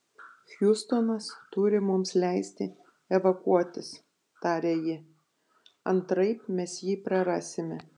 hjustonas turi mums leisti evakuotis tarė ji antraip mes jį prarasime